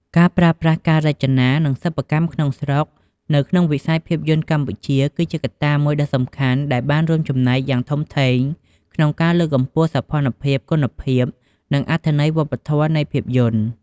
ការប្រើប្រាស់ ការរចនា និងសិប្បកម្មក្នុងស្រុក នៅក្នុងវិស័យភាពយន្តកម្ពុជា គឺជាកត្តាមួយដ៏សំខាន់ដែលបានរួមចំណែកយ៉ាងធំធេងក្នុងការលើកកម្ពស់សោភ័ណភាព គុណភាព និងអត្ថន័យវប្បធម៌នៃភាពយន្ត។